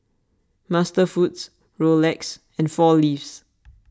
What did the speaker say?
MasterFoods Rolex and four Leaves